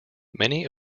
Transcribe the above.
many